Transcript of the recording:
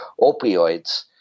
opioids